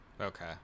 Okay